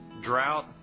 drought